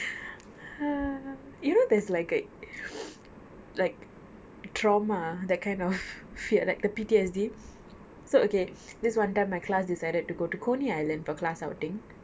you know there's like a like trauma that kind of fear like the P_T_S_D so okay this [one] time my class decided to go to coney island for class outing